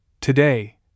Today